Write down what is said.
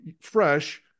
fresh